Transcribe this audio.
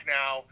now